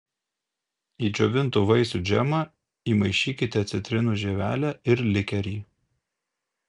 į džiovintų vaisių džemą įmaišykite citrinų žievelę ir likerį